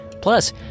Plus